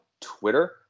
Twitter